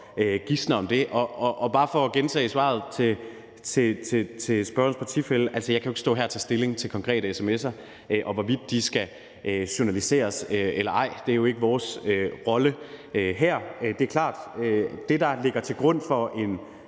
gisner om det. Og det er bare for at gentage svaret til spørgerens partifælle: Jeg kan jo ikke stå her og tage stilling til konkrete sms'er, og hvorvidt de skal journaliseres eller ej. Det er jo ikke vores rolle her. Det er klart, at det, der ligger til grund for en